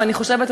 ואני חושבת,